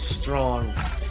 Strong